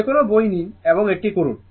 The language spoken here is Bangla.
যে কোনও বই নিন এবং এটি করুন